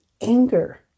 anger